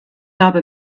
habe